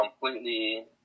completely